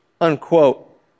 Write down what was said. unquote